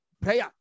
prayer